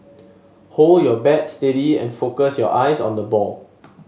hold your bat steady and focus your eyes on the ball